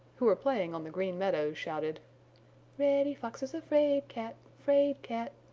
who were playing on the green meadows shouted reddy fox is a fraid-cat, fraid-cat!